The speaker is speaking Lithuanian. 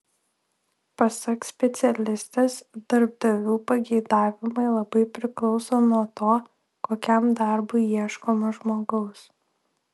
pasak specialistės darbdavių pageidavimai labai priklauso nuo to kokiam darbui ieškoma žmogaus